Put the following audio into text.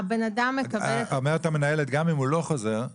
אומרת שגם אם הוא לא חוזר,